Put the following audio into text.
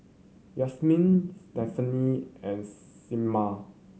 Yasmine Stephany and Clemma